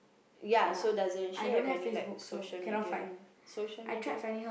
ya so doesn't she have any like social media social media